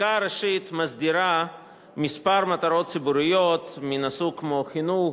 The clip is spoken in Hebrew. החקיקה הראשית מסדירה מספר מטרות ציבוריות כמו חינוך,